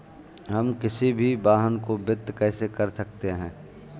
हम किसी भी वाहन को वित्त कैसे कर सकते हैं?